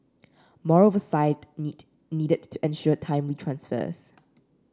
more oversight need needed to ensure timely transfers